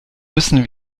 müssen